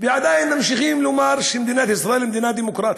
ועדיין ממשיכים לומר שמדינת ישראל היא מדינה דמוקרטית.